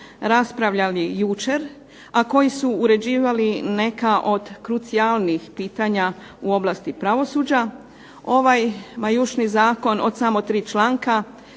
raspravljali jučer, a koji su uređivali neka od krucijalnih pitanja u oblasti pravosuđa ovaj majušni zakon od samo tri članka